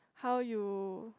how you